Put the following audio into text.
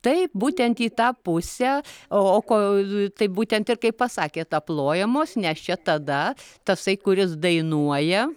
taip būtent į tą pusę o ko taip būtent ir kaip pasakėt aplojamos nes čia tada tasai kuris dainuoja